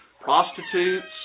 prostitutes